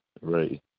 Right